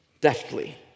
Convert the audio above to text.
deftly